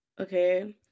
Okay